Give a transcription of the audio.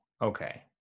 okay